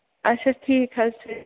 اَچھا ٹھیٖک حظ